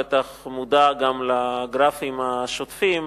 בטח מודע גם לגרפים השוטפים,